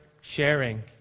sharing